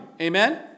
Amen